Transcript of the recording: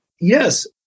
yes